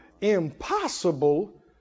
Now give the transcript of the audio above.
Impossible